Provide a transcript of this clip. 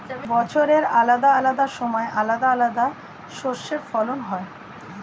বছরের আলাদা আলাদা সময় আলাদা আলাদা শস্যের ফলন হয়